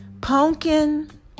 pumpkin